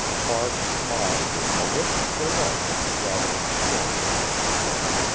mark smiled with malicious delight at the gathering storm he had provoked.